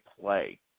play